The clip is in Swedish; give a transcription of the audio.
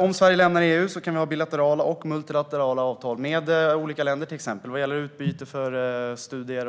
Om Sverige lämnar EU kan vi ha bilaterala och multilaterala avtal med olika länder, till exempel gällande utbyte för studier,